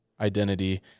identity